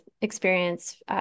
experience